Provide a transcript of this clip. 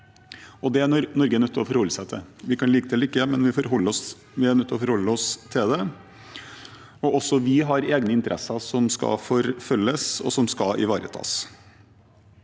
Det er Norge nødt til å forholde seg til. Vi kan like det eller ikke, men vi er nødt til å forholde oss til det. Også vi har egne interesser som skal forfølges og ivaretas.